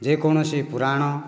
ଯେକୌଣସି ପୁରାଣ